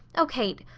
oh, kate,